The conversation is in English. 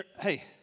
hey